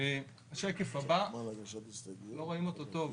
השקף הבא, לא רואים אותו טוב.